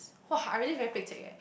!wah! I really very Pek-Chek leh